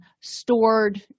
stored